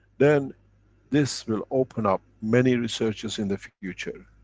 then this will open up many researches in the future.